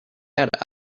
add